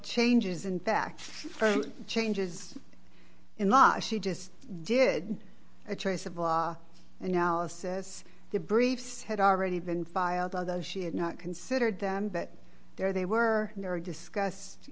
changes in fact changes in law she just did a traceable analysis the briefs had already been filed although she had not considered them but there they were never discussed